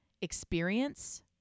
experience